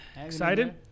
Excited